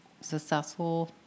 successful